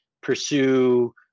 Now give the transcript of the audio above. pursue